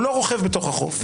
הוא לא רוכב בתוך החוף.